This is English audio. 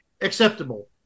Acceptable